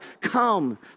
Come